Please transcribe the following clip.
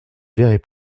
verrez